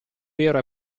vero